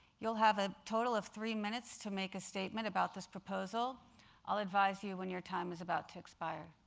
you'll have a total of three minutes to make a statement about this proposal i'll advise you when your time is about to expire.